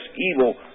evil